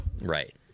Right